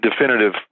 definitive